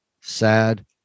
sad